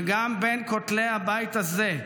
וגם בין כותלי הבית הזה,